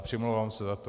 Přimlouvám se za to.